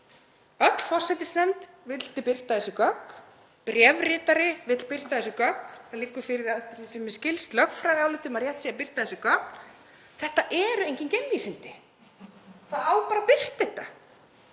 Öll forsætisnefnd vildi birta þessi gögn. Bréfritari vill birta þessi gögn. Það liggur fyrir eftir því sem mér skilst lögfræðiálit um að rétt sé að birta þessi gögn. Þetta eru engin geimvísindi, það á bara að birta þetta.